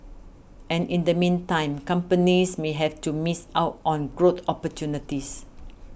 and in the meantime companies may have to miss out on growth opportunities